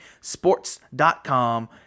sports.com